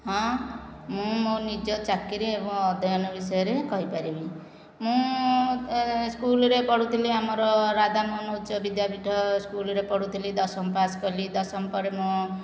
ହଁ ମୁଁ ମୋ ନିଜ ଚାକିରି ଏବଂ ଅଧ୍ୟୟନ ବିଷୟରେ କହିପାରିବି ମୁଁ ସ୍କୁଲରେ ପଢ଼ୁଥିଲି ଆମର ରାଧାମୋହନ ଉଚ୍ଚ ବିଦ୍ୟାପୀଠ ସ୍କୁଲରେ ପଢ଼ୁଥିଲି ଦଶମ ପାସ୍ କଲି ଦଶମ ପରେ ମୁଁ